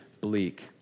bleak